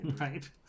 Right